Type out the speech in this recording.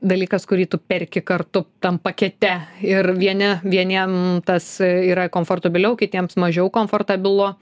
dalykas kurį tu perki kartu tam pakete ir vieni vieniem tas yra komfortabiliau kitiems mažiau komfortabilu